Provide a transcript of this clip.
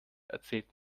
erzählt